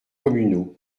communaux